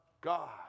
God